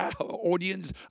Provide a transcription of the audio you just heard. audience